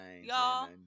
y'all